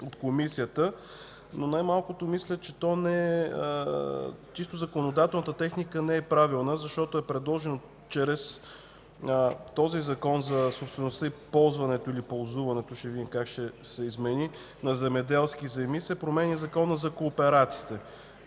от Комисията, но най-малкото мисля, че чисто законодателната техника не е правилна, защото чрез Закона за собствеността и ползването, или ползуването – ще видим как ще се измени, на земеделски земи се променя Законът за кооперациите.